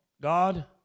God